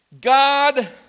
God